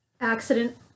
accident